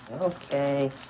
okay